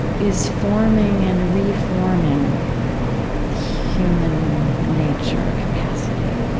is forming and reforming human nature, capacity